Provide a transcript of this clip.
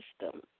system